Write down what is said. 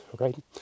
okay